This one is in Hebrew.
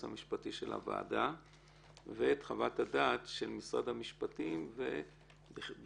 המשפטי של הוועדה ואת חוות הדעת של משרד המשפטים בכלל,